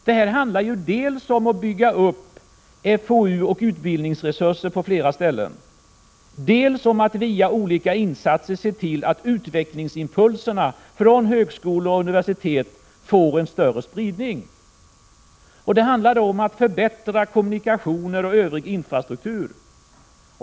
Det här handlar dels om att bygga upp forskningsoch utbildningsresurser 67 på flera ställen, dels om att via olika insatser se till att utvecklingsimpulserna från högskolor och universitet får större spridning. Och då handlar det om att förbättra kommunikationer och övrig infrastruktur.